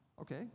Okay